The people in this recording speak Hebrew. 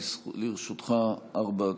לרשותך ארבע דקות.